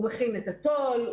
הוא מכין את התו"ל,